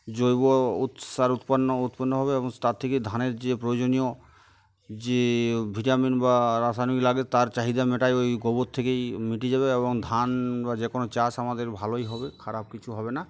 জৈব সার উৎপন্ন উৎপন্ন হবে এবং তার থেকে ধানের যে প্রয়োজনীয় যে ভিটামিন বা রাসায়নিক লাগে তার চাহিদা মেটাই ওই গোবর থেকেই মিটে যাবে এবং ধান বা যে কোনো চাষ আমাদের ভালোই হবে খারাপ কিছু হবে না